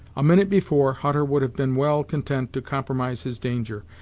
a minute before, hutter would have been well content to compromise his danger,